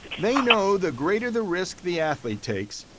they know the greater the risk the athlete takes,